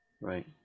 right